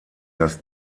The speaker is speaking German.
dass